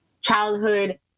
childhood